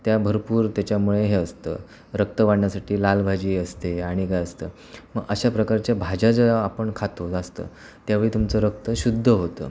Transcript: त्या भरपूर त्याच्यामुळे हे असतं रक्त वाढण्यासाठी लाल भाजी असते आणि काय असतं मग अशा प्रकारच्या भाज्या ज्या आपण खातो जास्त त्यावेळी तुमचं रक्त शुद्ध होतं